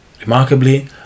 Remarkably